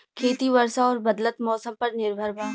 खेती वर्षा और बदलत मौसम पर निर्भर बा